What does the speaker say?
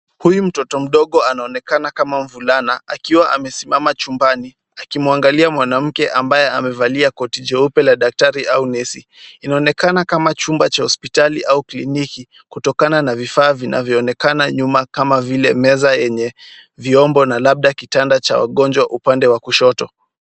Huyu mtoto mdogo anaonekana kama mvulana akiwa amesimama chumbani akimwangalia mwanamke ambaye amevalia koti jeupe la daktari au nesi, inaonekana kama chumba cha hospitali au kliniki kutokana na vifaa vinavyoonekana nyuma kama vile meza yenye vyombo na labda kitanda cha wagonjwa upande wa kushoto.